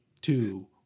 two